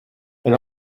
and